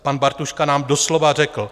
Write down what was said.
Pan Bartuška nám doslova řekl...